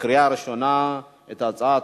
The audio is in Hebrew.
עברה בקריאה ראשונה, ותועבר להמשך דיון